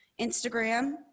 Instagram